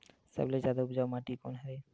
सबले जादा उपजाऊ माटी कोन हरे?